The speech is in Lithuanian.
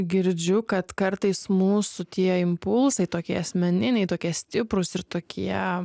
girdžiu kad kartais mūsų tie impulsai tokie asmeniniai tokie stiprūs ir tokie